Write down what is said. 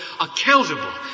accountable